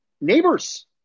neighbors